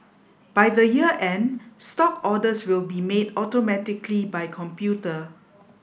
by the year end stock orders will be made automatically by computer